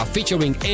Featuring